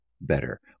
better